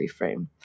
reframe